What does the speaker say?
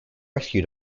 rescue